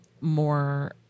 more